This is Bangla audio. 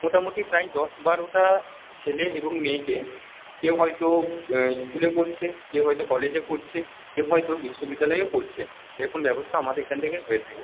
মোটামুটি প্রায় দশ বারোটা ছেলে এবং মেয়েকে কেউ হয়তো স্কুলে পড়ছে কেউ হয়তো কলেজে পড়ছে কেউ হয়তো বিশ্ববিদ্যালয়েও পড়ছে এরকম ব্যবস্থা আমাদের এখান হয়ে থাকে